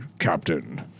Captain